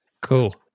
Cool